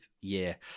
year